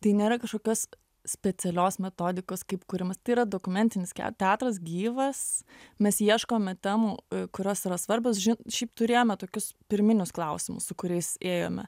tai nėra kažkokios specialios metodikos kaip kūrimas tai yra dokumentinis teatras gyvas mes ieškome temų kurios yra svarbios šiaip turėjome tokius pirminius klausimus su kuriais ėjome